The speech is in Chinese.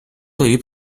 对于